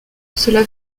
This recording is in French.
cela